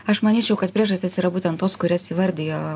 aš manyčiau kad priežastys yra būtent tos kurias įvardijo